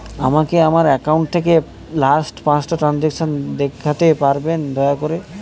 আমাকে আমার অ্যাকাউন্ট থেকে লাস্ট পাঁচটা ট্রানজেকশন দেখাতে পারবেন দয়া করে